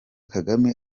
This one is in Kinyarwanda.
kagame